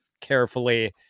carefully